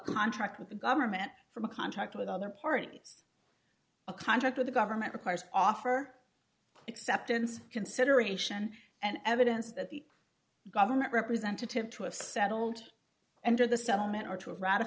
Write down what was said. contract with the government from a contract with other parties a contract with the government requires offer acceptance consideration and evidence that the government representative to a settlement and to the settlement or to